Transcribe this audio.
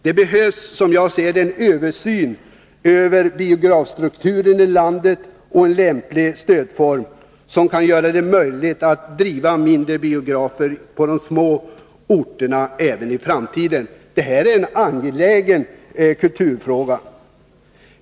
Det behövs, som jag ser det, en översyn av biografstrukturen i landet och en lämplig stödform, som kan göra det möjligt att driva mindre biografer på de små orterna även i framtiden. Det här är en angelägen kulturfråga.